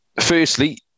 firstly